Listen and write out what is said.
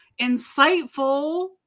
insightful